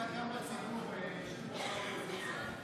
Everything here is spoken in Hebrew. שתומך בך גם בציבור, ראש האופוזיציה,